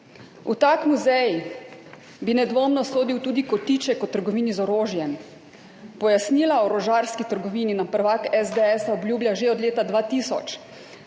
V tak muzej bi nedvomno sodil tudi kotiček o trgovini z orožjem, pojasnila o orožarski trgovini nam prvak SDS obljublja že od leta 2000,